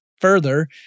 Further